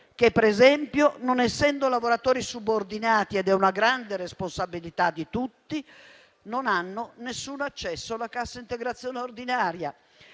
che, ad esempio, non essendo lavoratori subordinati - questa è una grande responsabilità di tutti - non hanno alcun accesso alla cassa integrazione ordinaria.